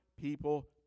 people